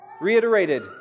reiterated